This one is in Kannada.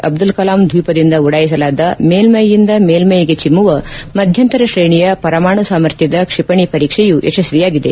ಅಬ್ಲುಲ್ ಕಲಾಂ ದ್ನೀಪದಿಂದ ಉಡಾಯಿಸಲಾದ ಮೇಲ್ವೆಯಿಂದ ಮೇಲ್ವೆಗೆ ಚಿಮ್ನವ ಮಧ್ಯಂತರ ಶ್ರೇಣಿಯ ಪರಮಾಣು ಸಾಮರ್ಥ್ಯದ ಕ್ಷಿಪಣಿ ಪರೀಕ್ಷೆಯು ಯಶಸ್ವಿಯಾಗಿದೆ